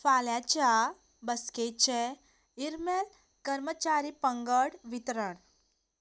फाल्यांच्या बसकेचें इर्मॅल कर्मचारी पंगड वितरण